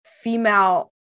female